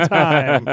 time